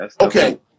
Okay